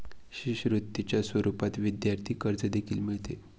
शिष्यवृत्तीच्या स्वरूपात विद्यार्थी कर्ज देखील मिळते